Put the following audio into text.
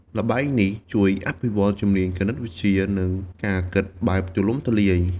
ល្បែងនេះជួយអភិវឌ្ឍជំនាញគណិតវិទ្យា និងការគិតបែបទូលំទូលាយ។